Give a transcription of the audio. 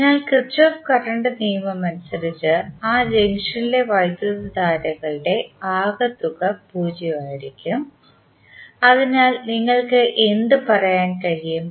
അതിനാൽ Kirchhoff current നിയമമനുസരിച്ച് ആ ജംഗ്ഷനിലെ വൈദ്യുതധാരകളുടെ ആകെത്തുക 0 ആയിരിക്കും അതിനാൽ നിങ്ങൾക്ക് എന്ത് പറയാൻ കഴിയും